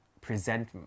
present